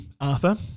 Arthur